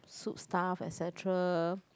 soup stuff etcetera